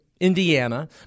Indiana